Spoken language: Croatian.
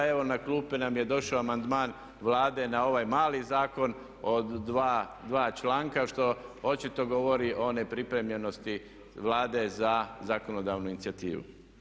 Evo na klupe nam je došao amandman Vlade na ovaj mali zakon od dva članka što očito govori o nepripremljenosti Vlade za zakonodavnu inicijativu.